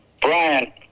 Brian